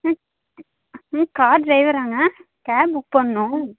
ம் ம் கார் டிரைவராங்க கேப் புக் பண்ணணும்